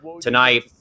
tonight